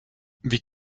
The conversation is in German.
wie